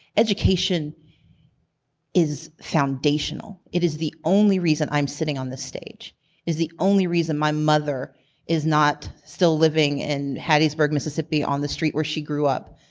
education is foundational. it is the only reason i am sitting on this stage. it is the only reason my mother is not still living in hattiesburg, mississippi on the street where she grew up.